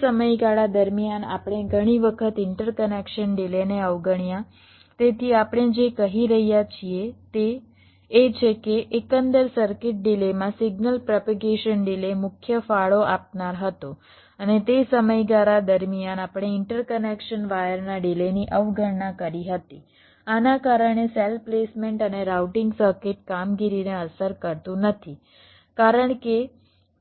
તે સમયગાળા દરમિયાન આપણે ઘણી વખત ઇન્ટરકનેક્શન ડિલેને અવગણ્યા તેથી આપણે જે કહી રહ્યા છીએ તે એ છે કે એકંદર સર્કિટ ડિલેમાં સિગ્નલ પ્રોપેગશન ડિલે મુખ્ય ફાળો આપનાર હતો અને તે સમયગાળા દરમિયાન આપણે ઇન્ટરકનેક્શન વાયરના ડિલેની અવગણના કરી હતી આના કારણે સેલ પ્લેસમેન્ટ અને રાઉટિંગ સર્કિટ કામગીરીને અસર કરતું નથી કારણ કે